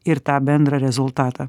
ir tą bendrą rezultatą